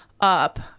up